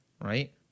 right